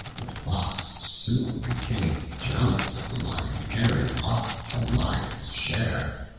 the fox soon became jealous of the lion carrying off the lion's share,